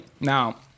Now